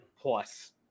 plus